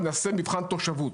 ונעשה מבחן תושבות.